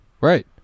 Right